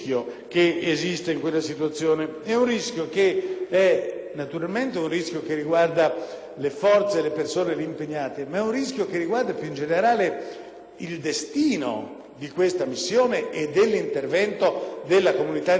le forze e le persone lì impegnate e, più in generale, il destino di questa missione e dell'intervento della comunità internazionale per riaffermare condizioni di stabilità e sicurezza in quella regione.